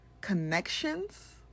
connections